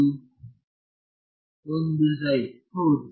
ಮತ್ತು ಒಂದು ಹೌದು